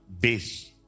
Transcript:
base